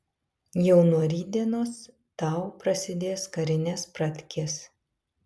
jau nuo rytdienos tau prasidės karinės pratkės